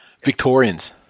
Victorians